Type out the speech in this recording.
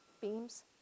beams